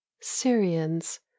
syrians